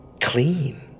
clean